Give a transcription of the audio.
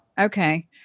okay